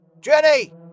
Jenny